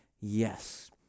yes